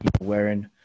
wearing